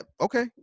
Okay